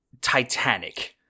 titanic